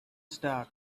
star